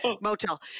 motel